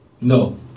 No